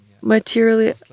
materially